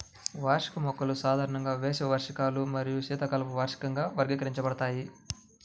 వార్షిక మొక్కలు సాధారణంగా వేసవి వార్షికాలు మరియు శీతాకాలపు వార్షికంగా వర్గీకరించబడతాయి